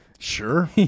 Sure